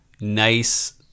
nice